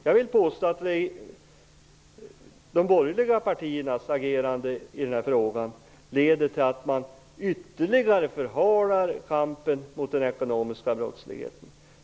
Jag vill påstå att de borgerliga partiernas agerande i den här frågan leder till att man ytterligare förhalar kampen mot den ekonomiska brottsligheten.